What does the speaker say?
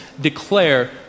declare